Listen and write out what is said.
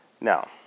Now